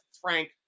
Frank